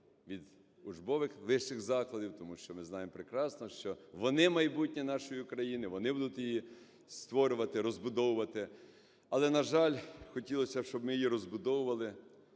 від учбових вищих закладів, тому що ми знаємо прекрасно, що вони майбутнє нашої України, вони будуть її створювати і розбудовувати. Але, на жаль, хотілося б, щоб ми її розбудовували,